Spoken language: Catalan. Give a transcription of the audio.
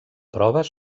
proves